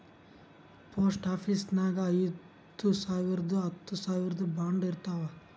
post ಆಫೀಸ್ನಾಗ್ ಐಯ್ದ ಸಾವಿರ್ದು ಹತ್ತ ಸಾವಿರ್ದು ಬಾಂಡ್ ಇರ್ತಾವ್